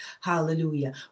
hallelujah